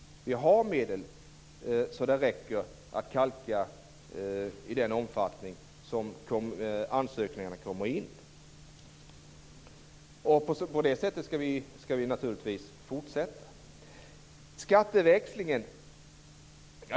Vi har medel så de räcker i den omfattning som ansökningarna kommer in. På det sättet skall vi naturligtvis fortsätta.